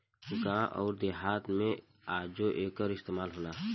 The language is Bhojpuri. गावं अउर देहात मे आजो एकर इस्तमाल होला